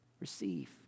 Receive